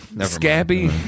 Scabby